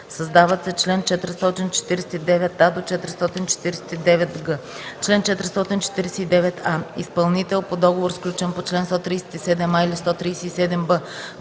Създават се чл. 449а-449г: “Чл. 449а. Изпълнител по договор, сключен по чл. 137а или 137б,